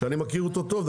שאני מכיר אותו טוב,